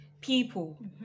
people